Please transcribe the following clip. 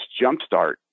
jumpstart